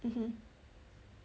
mmhmm